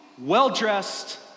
well-dressed